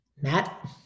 Matt